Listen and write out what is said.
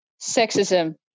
Sexism